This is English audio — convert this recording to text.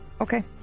Okay